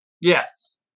Yes